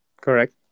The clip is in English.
Correct